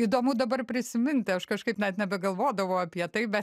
įdomu dabar prisiminti aš kažkaip net nebegalvodavau apie tai be